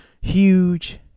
huge